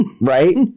right